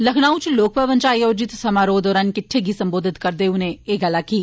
लखनऊ च लोक भवन च आयोजित समारोह दौरान किट्ठ गी संबोधित करदे होई उनें एह् गल्ल आक्खी